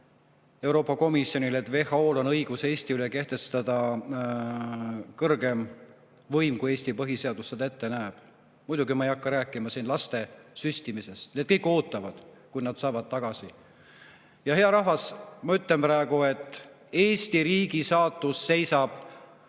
Euroopa Komisjonile, et WHO-l on õigus Eesti üle kehtestada kõrgem võim, kui Eesti põhiseadus seda ette näeb. Muidugi ma ei hakka rääkima siin laste süstimisest. Need [teemad] kõik ootavad [ees], kui nad saavad tagasi. Ja hea rahvas, ma ütlen praegu, et Eesti riigi saatus ripub